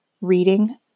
reading